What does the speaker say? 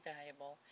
valuable